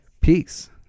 peace